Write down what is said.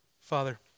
Father